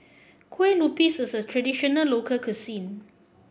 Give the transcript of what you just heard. Kue Lupis is a traditional local cuisine